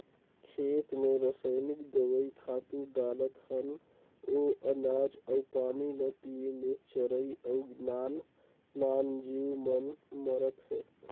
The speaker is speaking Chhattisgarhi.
खेत मे रसइनिक दवई, खातू डालत हन ओ अनाज अउ पानी ल पिये ले चरई अउ नान नान जीव मन मरत हे